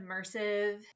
immersive